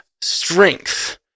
Strength